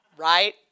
Right